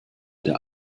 der